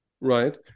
right